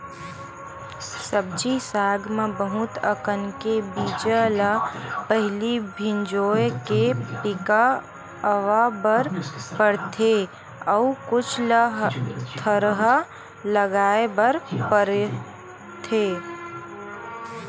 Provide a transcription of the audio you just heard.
सब्जी साग म बहुत अकन के बीजा ल पहिली भिंजोय के पिका अवा बर परथे अउ कुछ ल थरहा लगाए बर परथेये